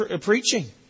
preaching